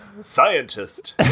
Scientist